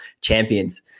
champions